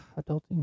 Adulting